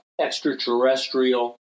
extraterrestrial